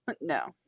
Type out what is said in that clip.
No